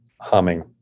humming